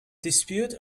dispute